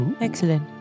Excellent